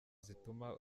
zituma